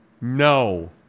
no